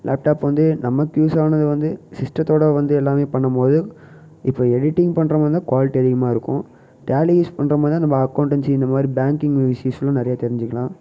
laptop வந்து நமக்கு யூஸ்ஸானது வந்து சிஸ்டத்தோடய வந்து எல்லாமே பண்ணும்போது இப்போ எடிட்டிங் பண்ணுற மாதிரி இருந்தால் குவாலிட்டி அதிகமாயிருக்கும் டேலி யூஸ் பண்ணுற மாதிரி இருந்தால் நம்ம அக்கொண்டன்சி இந்த மாதிரி பேங்க்கிங் நிறையா தெரிஞ்சிக்கிலாம்